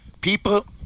People